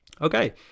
Okay